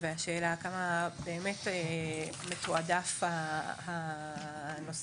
והשאלה כמה באמת מתועדף הנושא.